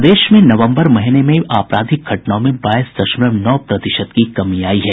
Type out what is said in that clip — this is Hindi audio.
प्रदेश में नवम्बर के महीने में आपराधिक घटनाओं में बाईस दशमलव नौ प्रतिशत की कमी आई है